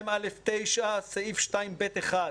(2א9) סעיף (2ב1),